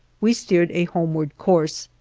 we steered a homeward course,